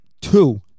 Two